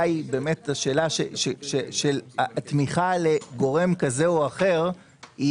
ואז התמיכה לגורם כזה או אחר,